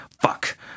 Fuck